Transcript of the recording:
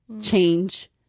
change